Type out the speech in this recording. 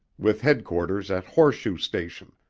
with headquarters at horseshoe station,